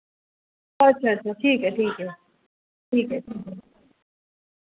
अच्छा अच्छा ठीक ऐ ठीक ऐ ठीक ऐ ठीक ऐ